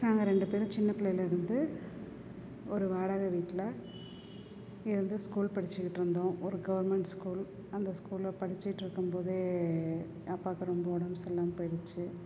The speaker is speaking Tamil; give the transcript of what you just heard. நாங்கள் ரெண்டு பேரும் சின்ன பிள்ளையிலேருந்து ஒரு வாடகை வீட்டில இருந்து ஸ்கூல் படிச்சிக்கிட்டு இருந்தோம் ஒரு கவர்மெண்ட் ஸ்கூல் அந்த ஸ்கூல்ல படிச்சிகிட்டு இருக்கும்போதே அப்பாவுக்கு ரொம்ப உடம்பு சரியில்லாமல் போய்டுச்சி